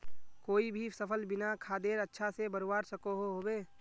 कोई भी सफल बिना खादेर अच्छा से बढ़वार सकोहो होबे?